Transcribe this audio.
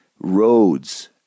roads